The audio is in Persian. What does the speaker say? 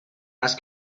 است